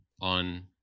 on